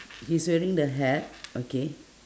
he's wearing the hat okay